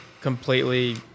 completely